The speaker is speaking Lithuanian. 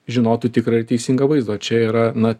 žinotų tikrą ir teisingą vaizdą o čia yra na